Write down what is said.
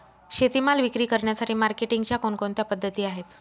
शेतीमाल विक्री करण्यासाठी मार्केटिंगच्या कोणकोणत्या पद्धती आहेत?